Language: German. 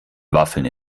waffeln